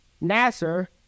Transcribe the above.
Nasser